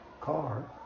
car